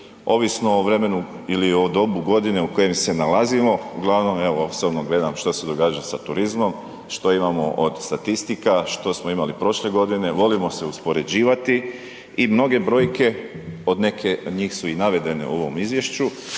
ovisno o vremenu ili o dobu godine u kojem se nalazimo. Uglavnom, evo osobno gledam što se događa sa turizmom, što imamo od statistika, što smo imali prošle godine, volimo se uspoređivati i mnoge brojke, neke od njih su i navedene u ovom izvješću